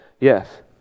Yes